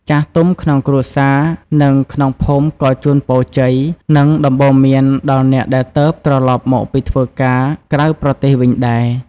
ចាស់ទុំក្នុងគ្រួសារ និងក្នុងភូមិក៏ជូនពរជ័យ និងដំបូន្មានដល់អ្នកដែលទើបត្រឡប់មកពីធ្វើការក្រៅប្រទេសវិញដែរ។